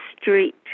street